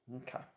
Okay